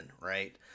right